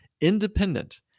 independent